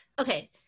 Okay